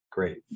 Great